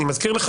אני מזכיר לך,